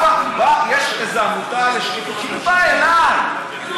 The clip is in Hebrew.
יש איזו עמותה לשקיפות, היא באה אליי.